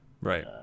right